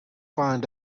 find